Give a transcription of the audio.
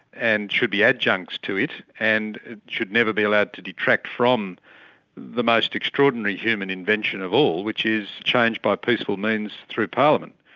and should be adjuncts to it and should never be allowed to detract from the most extraordinary human invention of all, which is change by peaceful means through parliament.